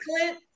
Clint